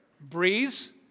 breeze